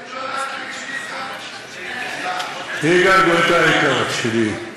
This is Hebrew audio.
את השמות של הבית היהודי את